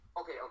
Okay